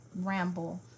ramble